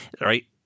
right